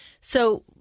So-